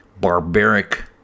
barbaric